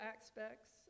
aspects